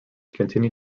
continue